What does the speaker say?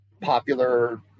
popular